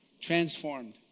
Transformed